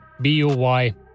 b-u-y